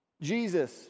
Jesus